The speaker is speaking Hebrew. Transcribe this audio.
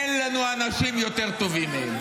אין לנו אנשים יותר טובים מהם.